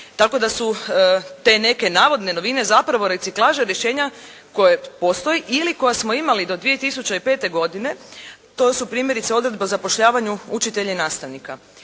tako da su te neke navodne novine zapravo reciklaža rješenja koja postoji ili koja smo imali do 2005. godine. To su primjerice odredba o zapošljavanju učitelja i nastavnika.